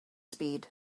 speed